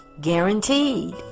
guaranteed